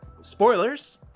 spoilers